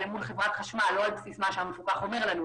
מול חברת חשמל לא רק על בסיס מה שהמפוקח אומר לנו,